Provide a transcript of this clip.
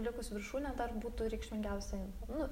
likus viršūnė dar būtų reikšmingiausia info nu